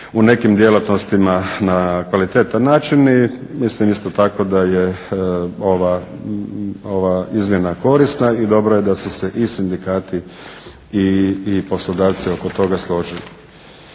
u nekim djelatnostima na kvalitetan način. I mislim isto tako da je ova izmjena korisna i dobro je da su se i sindikati i poslodavci oko toga složili.